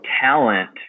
talent